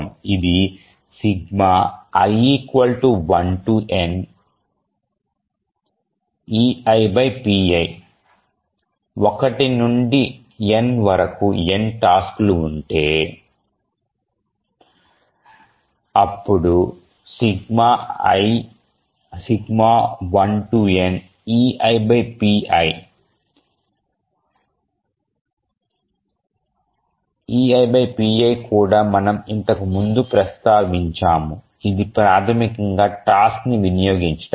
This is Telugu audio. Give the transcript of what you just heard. ఇది eipi 1 నుండి n వరకు n టాస్క్ లు ఉంటే అప్పుడు 1neipi eipi కూడా మనం ఇంతకు ముందు ప్రస్తావించాము ఇది ప్రాథమికంగా టాస్క్ ని వినియోగించడం